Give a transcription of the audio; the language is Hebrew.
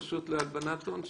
הרשות לאיסור הלבנת הון,